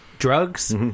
Drugs